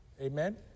Amen